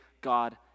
God